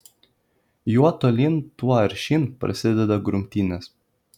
juo tolyn tuo aršyn prasideda grumtynės